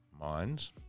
minds